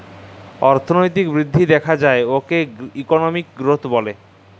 অথ্থলৈতিক বিধ্ধি দ্যাখা যায় উয়াকে ইকলমিক গ্রথ ব্যলে